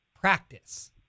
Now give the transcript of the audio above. practice